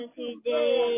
today